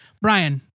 Brian